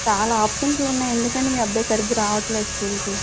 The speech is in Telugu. చాలా ఆబ్సెంట్లు ఉన్నాయి ఎందుకని మీ అబ్బాయి సరిగ్గా రావట్లేదు స్కూల్ కి